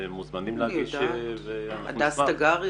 מוזמנים להגיש --- הדס תגרי,